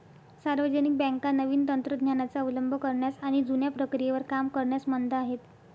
सार्वजनिक बँका नवीन तंत्र ज्ञानाचा अवलंब करण्यास आणि जुन्या प्रक्रियेवर काम करण्यास मंद आहेत